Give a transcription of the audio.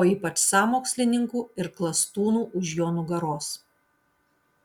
o ypač sąmokslininkų ir klastūnų už jo nugaros